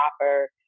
offer